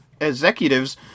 executives